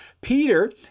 Peter